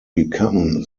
become